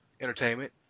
entertainment